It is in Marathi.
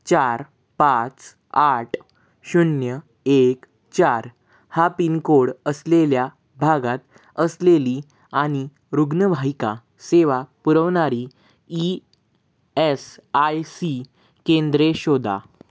चार पाच आठ शून्य एक चार हा पिनकोड असलेल्या भागात असलेली आणि रुग्णवाहिका सेवा पुरवणारी ई एस आय सी केंद्रे शोधा